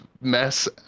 mess